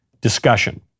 discussion